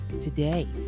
Today